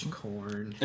corn